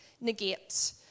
negate